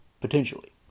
potentially